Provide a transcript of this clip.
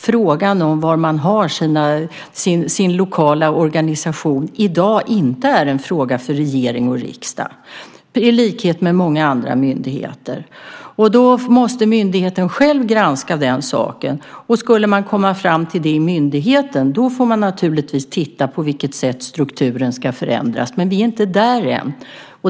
Frågan om var man har sin lokala organisation är i dag inte en fråga för regering och riksdag. Myndigheten måste själv granska detta. Om man hos myndigheten kommer fram till att det finns sådana får man naturligtvis titta på hur strukturen ska förändras. Vi är inte där än.